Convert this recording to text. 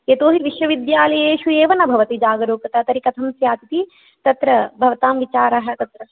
यतोहि विश्वविद्यालयेषु एव न भवति जागरुकता तर्हि कथं स्यात् इति तत्र भवतां विचारः तत्र